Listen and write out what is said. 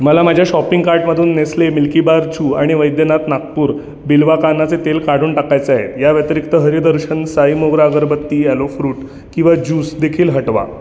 मला माझ्या शॉपिंग कार्टमधून नेस्ले मिल्कीबार चू आणि बैद्यनाथ नागपूर बिल्वा कानाचे तेल काढून टाकायचे आहे या व्यतिरिक्त हरी दर्शन साई मोगरा अगरबत्ती ॲलो फ्रूट किवा ज्यूस देखील हटवा